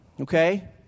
okay